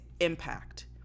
impact